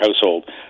household